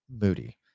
Moody